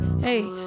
hey